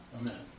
Amen